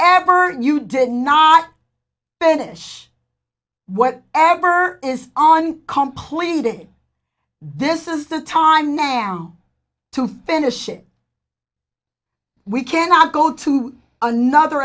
ever you did not banish what ever is on completed this is the time now to finish it we cannot go to another